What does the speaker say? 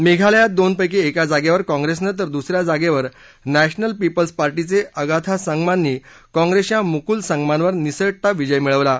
मेघालयात दोनपैकी एका जागेवर काँग्रेसने तर दुसऱ्या जागेवर नॅशनल पीपल्स पार्टीचे अगाथा संगमांनी काँग्रेसच्या मुकुल संगमांवर निसटता विजय मिळवला आहे